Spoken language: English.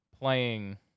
playing